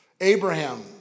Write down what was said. Abraham